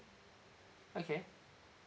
okay